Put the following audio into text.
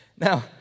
Now